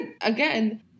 again